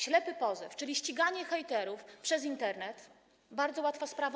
Ślepy pozew, czyli ściganie hejterów przez Internet, bardzo łatwa sprawa.